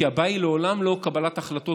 כי הבעיה היא לעולם לא קבלת החלטות